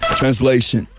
translation